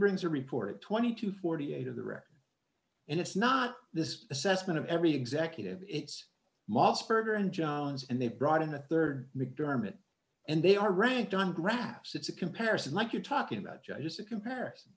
brings a report of twenty to forty eight of the record and it's not this assessment of every executive it's mossberg or in john's and they brought in the rd mcdermott and they are ranked on graphs it's a comparison like you're talking about just a comparison